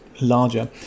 larger